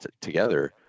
together